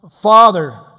Father